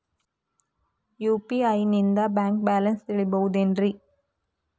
UPI ನಿಂದ bank balance ತಿಳಿಬಹುದೇನ್ರಿ?